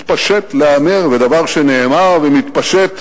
להתפשט, להיאמר, ודבר שנאמר ומתפשט